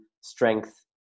strength